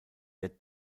der